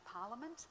Parliament